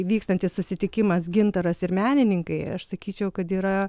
vykstantis susitikimas gintaras ir menininkai aš sakyčiau kad yra